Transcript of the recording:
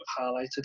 highlighted